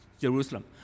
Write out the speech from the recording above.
Jerusalem